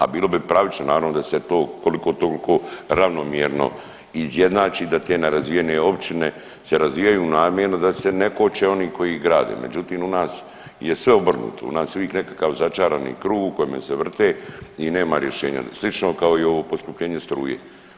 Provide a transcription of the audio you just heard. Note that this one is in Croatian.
A bilo bi pravično naravno da se to koliko toliko ravnomjerno izjednači da te nerazvijene općine se razvijaju namjerno da se ne koče oni koji grade, međutim u nas je sve obrnutu, u nas je uvijek nekakav začarani krug u kojem se vrte i nema rješenja, slično kao i ovo poskupljenje struje.